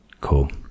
Cool